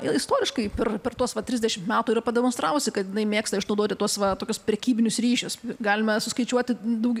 istoriškai per per tuos va trisdešimt metų yra pademonstravusi kad jinai mėgsta išnaudoti tuos va tokius prekybinius ryšius galime suskaičiuoti daug